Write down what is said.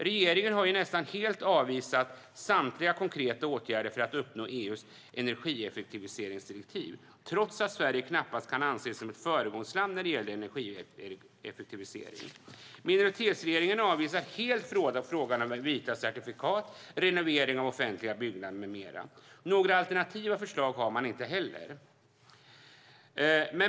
Regeringen har nästan helt avvisat samtliga konkreta åtgärder för att uppnå EU:s energieffektiviseringsdirektiv trots att Sverige knappast kan anses som ett föregångsland när det gäller energieffektivisering. Minoritetsregeringen avvisar helt frågan om vita certifikat, renovering av offentliga byggnader med mera. Några alternativa förslag har man inte heller.